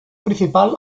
principal